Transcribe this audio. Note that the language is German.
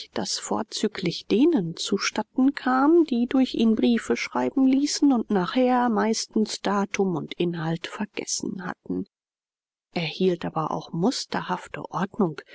das vorzüglich denen zu statten kam die durch ihn briefe schreiben ließen und nachher meistens datum und inhalt vergessen hatten er hielt aber auch musterhafte ordnung